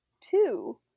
two